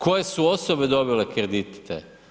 Koje su osobe dobile kredite?